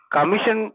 Commission